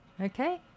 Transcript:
Okay